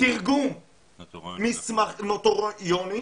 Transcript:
לתרגום נוטריוני